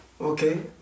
okay